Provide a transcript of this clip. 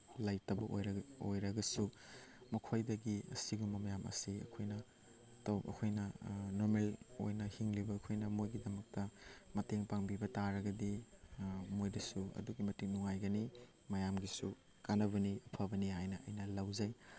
ꯂꯩꯇꯕ ꯑꯣꯏꯔꯒꯁꯨ ꯃꯈꯣꯏꯗꯒꯤ ꯑꯁꯤꯒꯨꯝꯕ ꯃꯌꯥꯝ ꯑꯁꯤ ꯑꯩꯈꯣꯏꯅ ꯑꯩꯈꯣꯏꯅ ꯅꯣꯔꯃꯦꯜ ꯑꯣꯏꯅ ꯍꯤꯡꯂꯤꯕ ꯑꯩꯈꯣꯏꯅ ꯃꯣꯏꯒꯤꯗꯃꯛꯇ ꯃꯇꯦꯡ ꯄꯥꯡꯕꯤꯕ ꯇꯥꯔꯒꯗꯤ ꯃꯣꯏꯗꯁꯨ ꯑꯗꯨꯛꯀꯤ ꯃꯇꯤꯛ ꯅꯨꯡꯉꯥꯏꯒꯅꯤ ꯃꯌꯥꯝꯒꯤꯁꯨ ꯀꯥꯅꯕꯅꯤ ꯑꯐꯕꯅꯤ ꯍꯥꯏꯅ ꯑꯩꯅ ꯂꯧꯖꯩ